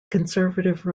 conservative